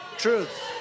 truth